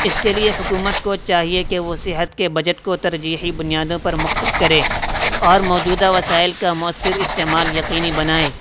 اس کے لیے حکومت کو چاہیے کہ وہ صحت کے بجٹ کو ترجیحی بنیادوں پر مختص کرے اور موجودہ وسائل کا مؤثر استعمال یقینی بنائیں